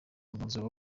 umwanzuro